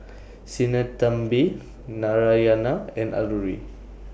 Sinnathamby Narayana and Alluri